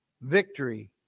Victory